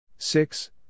Six